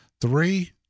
three